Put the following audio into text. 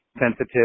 sensitive